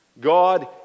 God